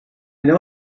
know